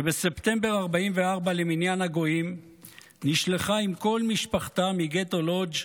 שבספטמבר 1944 למניין הגויים נשלחה עם כל משפחתה מגטו לודז'